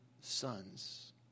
sons